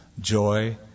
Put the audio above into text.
joy